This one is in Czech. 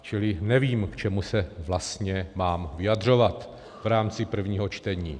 Čili nevím, k čemu se vlastně mám vyjadřovat v rámci prvního čtení.